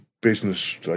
business